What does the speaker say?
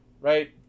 right